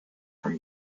from